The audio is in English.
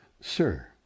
sir